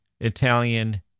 Italian